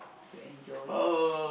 you enjoy